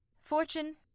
Fortune